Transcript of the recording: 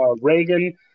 Reagan